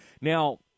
Now